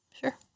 Sure